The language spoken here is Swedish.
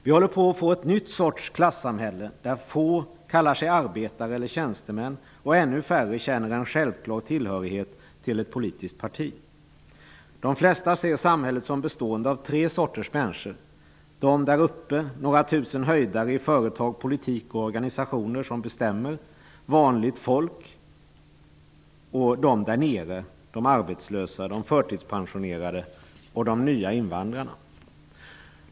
Vi håller på att få ett nytt slags klassamhälle där få kallar sig arbetare eller tjänstemän och ännu färre känner en självklar tillhörighet till ett politiskt parti. De flesta anser att samhället består av tre sorters människor. För det första: de däruppe -- några tusen höjdare i företag, politik och organisationer som bestämmer. För det andra: vanligt folk. För det tredje: de därnere -- de arbetslösa, de förtidspensionerade och de nya invandrarna.